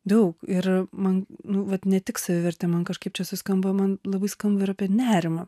daug ir man nu vat ne tik savivertė man kažkaip čia suskamba man labai skamba ir apie nerimą